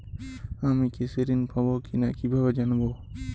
আমি কৃষি ঋণ পাবো কি না কিভাবে জানবো?